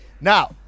Now